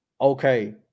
okay